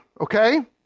okay